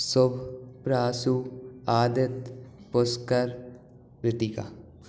Som Prasu Aditya Pushkar Ritika